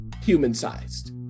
human-sized